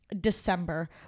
December